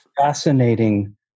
fascinating